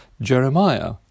Jeremiah